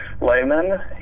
layman